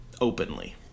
Openly